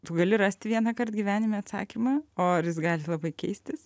tu gali rasti vienąkart gyvenime atsakymą o ar jis gali labai keistis